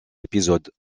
épisodes